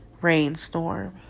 rainstorm